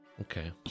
Okay